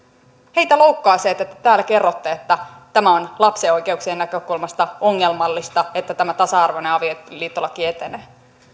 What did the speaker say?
heitä loukkaa se että että te täällä kerrotte että tämä on lapsen oikeuksien näkökulmasta ongelmallista että tämä tasa arvoinen avioliittolaki etenee